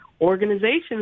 organizations